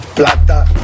Plata